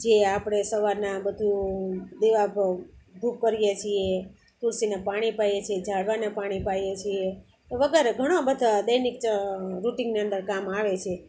જે આપણે સવારના બધું દેવ આગળ ધૂપ કરીએ છીએ તુલસીને પાણી પાઈએ છીએ ઝાડવાને પાણી પાઈએ છીએ વગેરે ઘણા બધા દૈનિક ચ રૂટિંગની અંદર કામ આવે છે